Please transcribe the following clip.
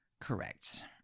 Correct